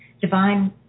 divine